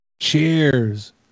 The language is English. Cheers